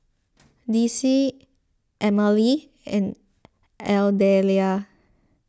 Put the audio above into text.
Dicie Emmalee and Ardelia